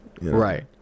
Right